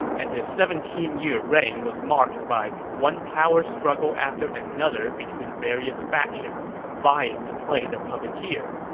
and his seventeen year reign was marked by one power struggle after another between various factions vying to play the puppeteer.